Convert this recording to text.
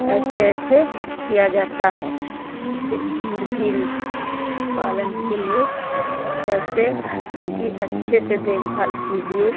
ऐसा ऐसे किया जाता है मुर्गी पालन के लिए कैसे उनकी अच्छे से देखभाल कीजिए